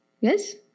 Yes